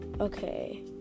okay